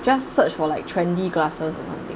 just search for like trendy glasses or something